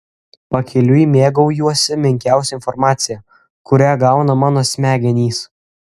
pakeliui mėgaujuosi menkiausia informacija kurią gauna mano smegenys